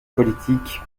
politique